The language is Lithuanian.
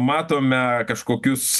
matome kažkokius